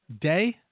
day